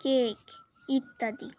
cake ইত্যাদি